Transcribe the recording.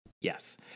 yes